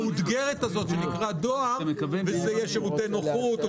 המאותגרת הזאת שנקראת דואר וזה יהיה שירותי נוחות או